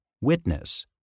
witness